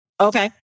Okay